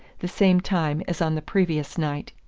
the same time as on the previous night.